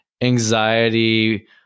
anxiety